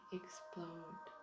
explode